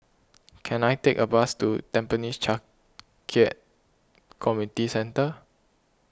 can I take a bus to Tampines Changkat Community Centre